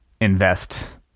invest